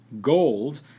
Gold